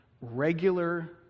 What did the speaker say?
regular